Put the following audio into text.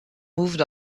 moved